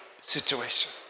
situation